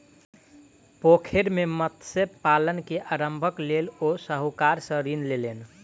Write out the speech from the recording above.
पोखैर मे मत्स्य पालन के आरम्भक लेल ओ साहूकार सॅ ऋण लेलैन